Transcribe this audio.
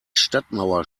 stadtmauer